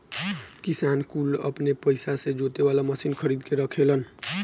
किसान कुल अपने पइसा से जोते वाला मशीन खरीद के रखेलन